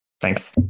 Thanks